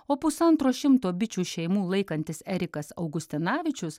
o pusantro šimto bičių šeimų laikantis erikas augustinavičius